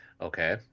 Okay